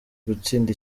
gutsinda